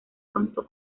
pronto